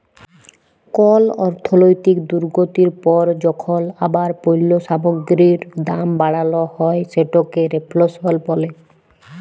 call অর্থলৈতিক দুর্গতির পর যখল আবার পল্য সামগ্গিরির দাম বাড়াল হ্যয় সেটকে রেফ্ল্যাশল ব্যলে